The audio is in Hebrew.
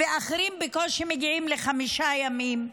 ואחרים בקושי מגיעים לחמישה ימים.